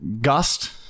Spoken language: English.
Gust